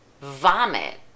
vomit